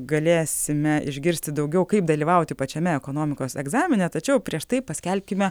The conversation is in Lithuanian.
galėsime išgirsti daugiau kaip dalyvauti pačiame ekonomikos egzamine tačiau prieš tai paskelbkime